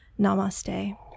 Namaste